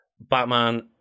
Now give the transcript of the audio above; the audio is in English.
Batman